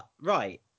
right